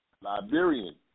Liberian